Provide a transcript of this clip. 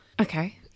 Okay